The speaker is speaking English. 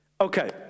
Okay